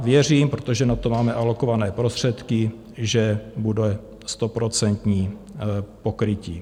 Věřím, protože na to máme alokované prostředky, že bude stoprocentní pokrytí.